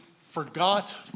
forgot